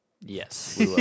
Yes